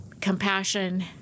compassion